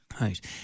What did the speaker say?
Right